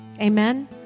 amen